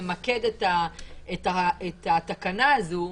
למקד את התקנה הזו,